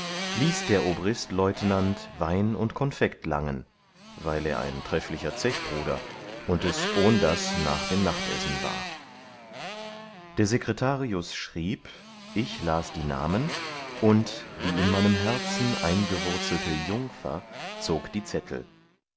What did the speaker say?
ließ der obristleutenant wein und konfekt langen weil er ein trefflicher zechbruder und es ohndas nach dem nachtessen war der sekretarius schrieb ich las die namen und die in meinem herzen eingewurzelte jungfer zog die zettel